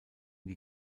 die